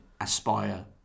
aspire